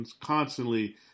constantly